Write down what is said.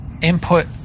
input